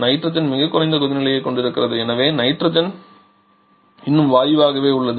nitrogen மிகக் குறைந்த கொதிநிலையைக் கொண்டிருக்கிறது எனவே நைட்ரஜன் இன்னும் வாயுவாகவே உள்ளது